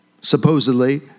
supposedly